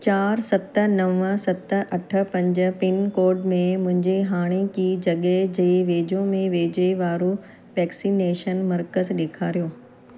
चारि सत नव सत अठ पंज पिनकोड में मुंहिंजे हाणोकी जॻह जे वेझो में वेझे वारो वैक्सिनेशन मर्कज़ ॾेखारियो